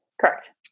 Correct